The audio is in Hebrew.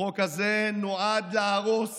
החוק הזה נועד להרוס